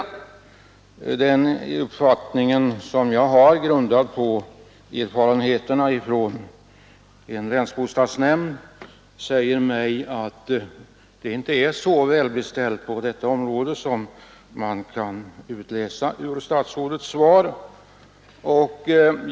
Jag har den uppfattningen — som är grundad på erfarenheterna från en länsbostadsnämnd — att det inte är så välbeställt på detta område som man kan utläsa ur statsrådets svar.